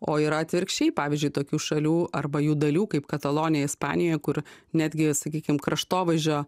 o yra atvirkščiai pavyzdžiui tokių šalių arba jų dalių kaip katalonija ispanijoj kur netgi sakykim kraštovaizdžio